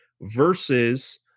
versus